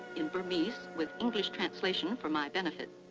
in burmese, with english translation for my benefit,